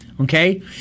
Okay